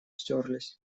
стёрлись